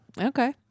Okay